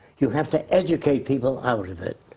you have to educate people out of it.